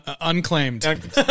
Unclaimed